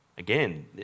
Again